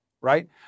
right